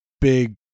big